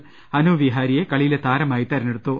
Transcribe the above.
ഹനുമ വിഹാരിയെ കളി യിലെ താരമായി തെരഞ്ഞെടുത്തു